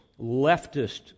leftist